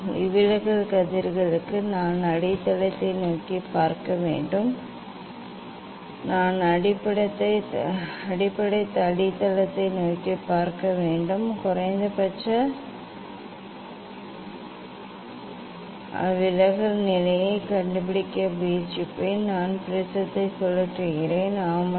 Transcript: ஒளிவிலகல் கதிர்களுக்கு நான் அடித்தளத்தை நோக்கிப் பார்க்க வேண்டும் நான் அடிப்படை அடித்தளத்தை நோக்கிப் பார்க்க வேண்டும் குறைந்தபட்ச விலகல் நிலையைக் கண்டுபிடிக்க முயற்சிப்பேன் நான் ப்ரிஸங்களை சுழற்றுகிறேன் ஆம்